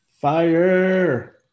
Fire